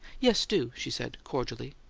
yes, do! she said, cordially,